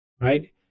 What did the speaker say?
right